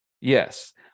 Yes